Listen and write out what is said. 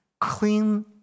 clean